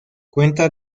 cuenta